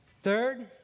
Third